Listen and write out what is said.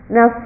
Now